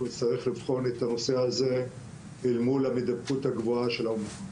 נצטרך לבחון את הנושא הזה אל מול ההידבקות הגבוהה של האומיקרון.